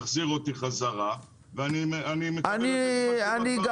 תחזיר אותי חזרה ואני --- אני לא